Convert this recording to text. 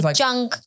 junk